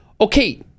okay